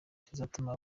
kizatuma